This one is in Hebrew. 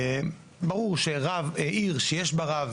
וברור שעיר שיש בה רב,